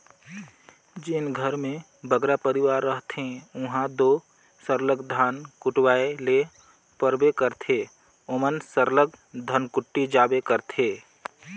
जेन घर में बगरा परिवार रहथें उहां दो सरलग धान कुटवाए ले परबे करथे ओमन सरलग धनकुट्टी जाबे करथे